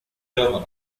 germany